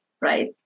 Right